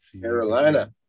Carolina